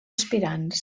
aspirants